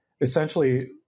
essentially